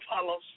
follows